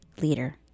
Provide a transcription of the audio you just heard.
leader